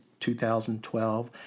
2012